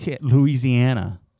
Louisiana